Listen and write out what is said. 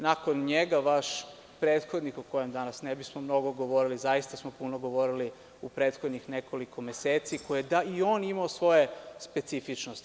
Nakon njega, vaš prethodnik, o kojem danas ne bismo mnogo govorili, zaista smo puno govorili u prethodnih nekoliko meseci, i on je imao svoje specifičnosti.